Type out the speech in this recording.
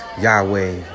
Yahweh